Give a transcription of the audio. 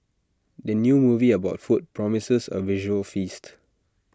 the new movie about food promises A visual feast